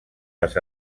les